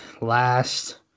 last